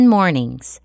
Mornings